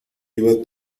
iba